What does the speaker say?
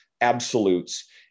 absolutes